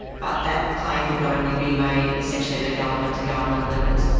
but that claim could only be made essentially at a government to government level.